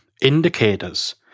indicators